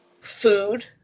food